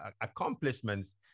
accomplishments